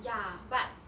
ya but